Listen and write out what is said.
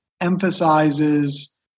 emphasizes